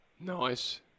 Nice